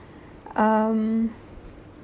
um